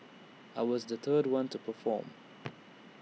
I was the third one to perform